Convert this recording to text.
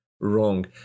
wrong